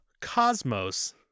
Cosmos